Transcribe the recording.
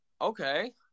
Okay